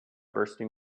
bursting